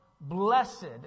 Blessed